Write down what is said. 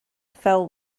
fell